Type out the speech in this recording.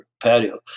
patio